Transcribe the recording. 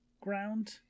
ground